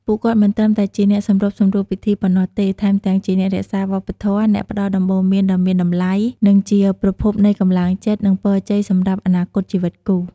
ពួកគាត់មិនត្រឹមតែជាអ្នកសម្របសម្រួលពិធីប៉ុណ្ណោះទេ ថែមទាំងជាអ្នករក្សាវប្បធម៌ អ្នកផ្ដល់ដំបូន្មានដ៏មានតម្លៃ និងជាប្រភពនៃកម្លាំងចិត្ត និងពរជ័យសម្រាប់អនាគតជីវិតគូ។